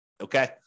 okay